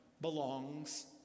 belongs